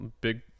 big